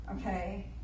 Okay